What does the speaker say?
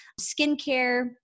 Skincare